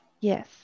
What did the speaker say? Yes